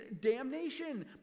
damnation